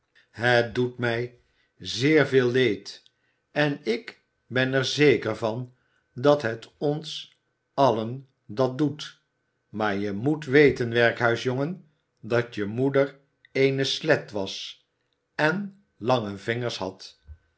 het doet mij zeer veel leed en ik ben er zeker van dat het ons allen dat doet maar je moet weten werkhuisjongen dat je moeder eene slet was en lange vingers had